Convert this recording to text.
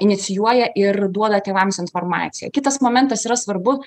inicijuoja ir duoda tėvams informaciją kitas momentas yra svarbu